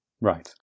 Right